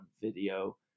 video